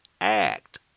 Act